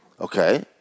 Okay